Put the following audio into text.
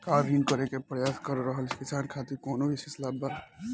का ऋण प्राप्त करे के प्रयास कर रहल किसान खातिर कउनो विशेष लाभ बा?